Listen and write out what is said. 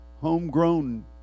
homegrown